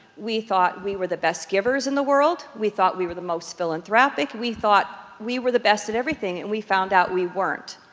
we thought we were the best givers in the world, we thought we were the most philanthropic, we thought we were the best at everything, and we found out we weren't.